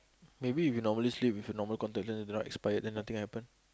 maybe we normally sleep with the normal contact lens that do not expire then nothing happen